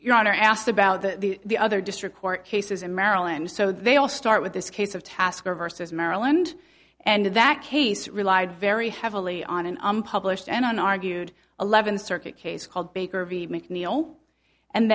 your honor i asked about the the other district court cases in maryland so they all start with this case of tasker versus maryland and that case relied very heavily on an unpublished and an argued eleven circuit case called baker v mcneil and